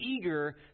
eager